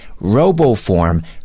RoboForm